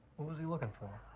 what was he looking for?